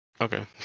Okay